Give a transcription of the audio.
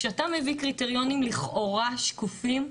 כשאתה מביא קריטריונים לכאורה שקופים,